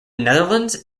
netherlands